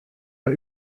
war